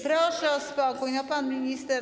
Proszę o spokój, pan minister.